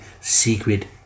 secret